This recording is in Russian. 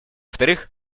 вторых